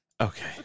Okay